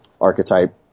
archetype